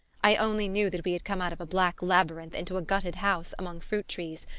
i only knew that we had come out of a black labyrinth into a gutted house among fruit-trees,